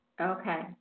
okay